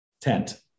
Tent